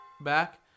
Back